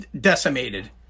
decimated